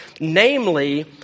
Namely